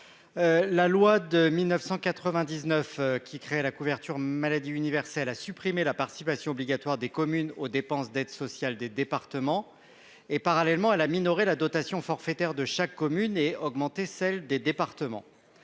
la loi de 1999 qui crée la couverture maladie universelle a supprimé la participation obligatoire des communes aux dépenses d'aide sociale des départements et parallèlement à la minorer la dotation forfaitaire de chaque commune et augmenter celle des départements,